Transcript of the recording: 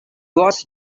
was